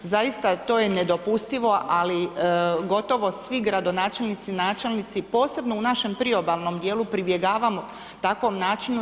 Zaista to je nedopustivo, ali gotovo svi gradonačelnici, načelnici posebno u našem priobalnom dijelu pribjegavamo takvom načinu.